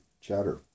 chatter